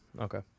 Okay